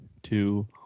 Two